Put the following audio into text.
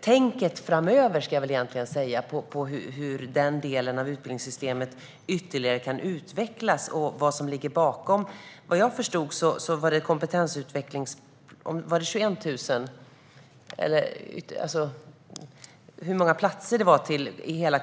tänket framöver när det gäller hur den delen av utbildningssystemet ytterligare kan utvecklas, och hur vi så att säga kan kompetensförsörja Sverige inom alla de inriktningar som finns inom yrkeshögskolan.